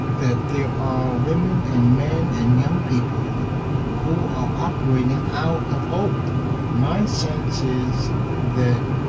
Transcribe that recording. that there are women and men and young people who are operating out of hope my sense is that,